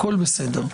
הכול בסדר.